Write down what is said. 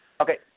Okay